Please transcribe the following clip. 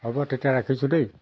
হ'ব তেতিয়া ৰাখিছো দেই